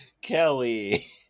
Kelly